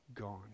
gone